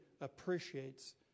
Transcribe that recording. appreciates